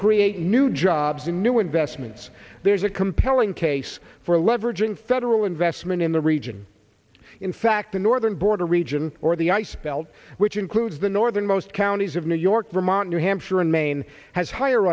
create new jobs and new investments there's a compelling case for leveraging federal investment in the region in fact the northern border region or the ice belt which includes the northernmost counties of new york vermont new hampshire and maine has higher